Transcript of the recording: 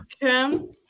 Kim